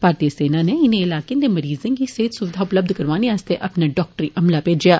भारतीय सेना नै इनें इलाकें दे मरीजें गी सेहत सुविघा उपलब्ध करोआने आस्तै अपना डॉक्टरी अमला भेजेआ